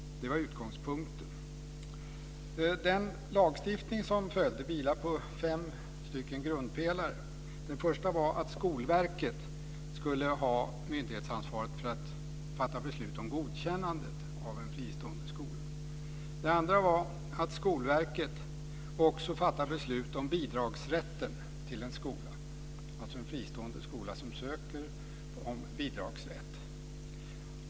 Det var utgångspunkten. Den lagstiftning som följde vilade på fem grundpelare. Den första var att Skolverket skulle ha myndighetsansvar att fatta beslut om godkännandet av en fristående skola. Den andra var att Skolverket också fattar beslut om bidragsrätten för en skola, dvs. när en fristående skola söker om bidragsrätt.